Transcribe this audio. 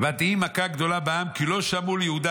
"ותהי מכה גדולה בעם כי לא שמעו ליהודה